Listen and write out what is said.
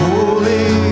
Holy